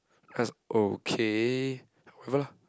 I was like okay whatever lah